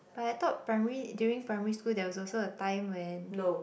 but I thought primary during primary school there was also a time when